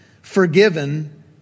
forgiven